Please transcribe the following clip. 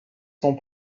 sont